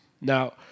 Now